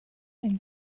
and